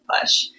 push